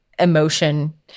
Emotion